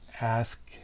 ask